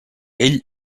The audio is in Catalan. ell